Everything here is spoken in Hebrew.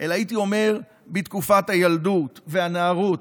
אלא הייתי אומר בתקופת הילדות והנערות.